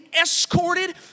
escorted